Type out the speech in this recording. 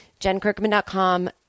JenKirkman.com